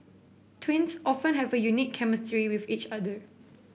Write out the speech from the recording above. twins often have a unique chemistry with each other